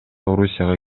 орусияга